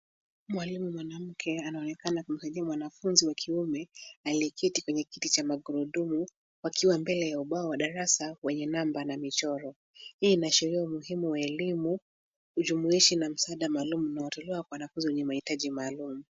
Mwalimu mwanamke anaonekana akimhoji mwanafunzi wakiwa ameketi kwenye kiti cha magurudumu akiwa mbele ya darasa wenye namba na michoro. Hii inaashiria umuhimu wa elimu, ujumuishi na msaada maalum unsitolewa kwa wanafunzi maalum.